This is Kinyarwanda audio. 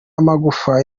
amagufa